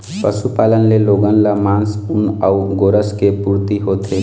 पशुपालन ले लोगन ल मांस, ऊन अउ गोरस के पूरती होथे